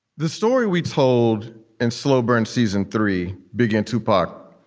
the story we told in slow burn season three began to part.